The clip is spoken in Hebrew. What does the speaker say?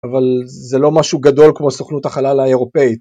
אבל זה לא משהו גדול כמו סוכנות החלל האירופאית.